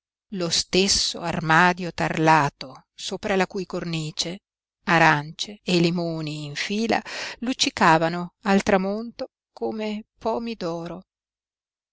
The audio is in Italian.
lo stesso armadio tarlato sopra la cui cornice arance e limoni in fila luccicavano al tramonto come